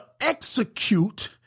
execute